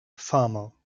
farmer